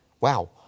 Wow